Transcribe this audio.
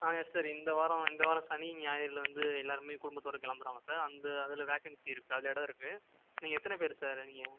ஆ சரி இந்த வாரம் இந்த வாரம் சனி ஞாயிறுலருந்து எல்லாருமே குடும்பத்தோட கிளம்புறோங்க சார் அந்த அதில் வேக்கன்சி இருக்கு அதில் இடம் இருக்கு நீங்கள் எத்தனை பேர் சார் நீங்கள்